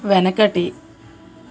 వెనకటి